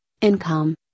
income